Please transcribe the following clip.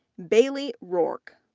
bailey roark,